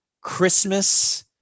christmas